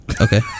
Okay